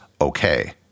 okay